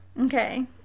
Okay